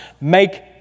make